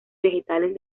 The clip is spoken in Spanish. vegetales